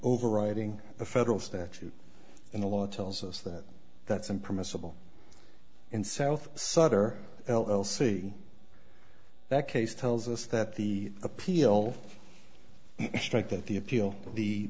overriding a federal statute in the law tells us that that's an permissible in south sutter l l c that case tells us that the appeal strike that the appeal